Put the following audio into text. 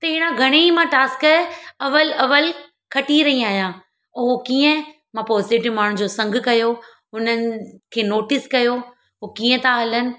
त अहिड़ा घणेई मां टास्क अवलु अवलु खटी रही आहियां उहो कीअं मां पॉज़िटिव माण्हुनि जो संगु कयो उन्हनि खे नोटिस कयो हुओ कीअं था हलनि